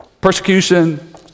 Persecution